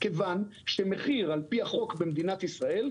כיוון שמחיר על-פי החוק במדינת ישראל,